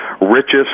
richest